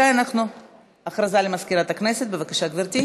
הודעה למזכירת הכנסת.